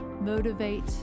motivate